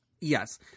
yes